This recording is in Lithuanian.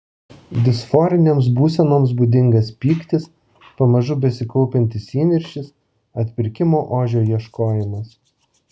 disforinėms būsenoms būdingas pyktis pamažu besikaupiantis įniršis atpirkimo ožio ieškojimas